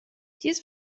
dies